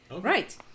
Right